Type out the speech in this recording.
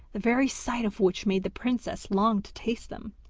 the very sight of which made the princess long to taste them.